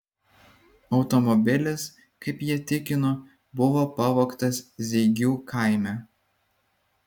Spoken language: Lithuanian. automobilis kaip jie tikino buvo pavogtas zeigių kaime